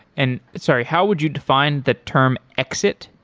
and sorry. how would you define the term exit?